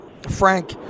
frank